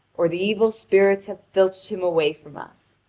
or the evil spirits have filched him away from us.